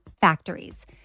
factories